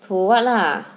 to what lah